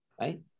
Right